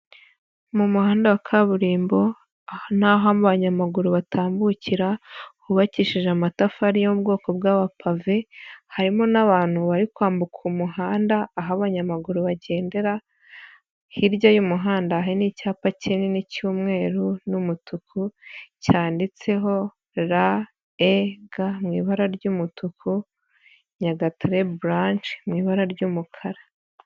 Mu muhanda wa kaburimbo aha ni aho abanyamaguru batambukira, hubakishije amatafari yo mu bwoko bw'amapave harimo n'abantu bari kwambuka umuhanda aho abanyamaguru bagendera, hirya y'umuhanda hari n'icyapa kinini cy'umweru n'umutuku cyanditseho REG mu ibara ry'umutuku Nyagatare branch mu ibara ry'umukara.